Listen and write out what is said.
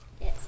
Yes